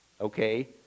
okay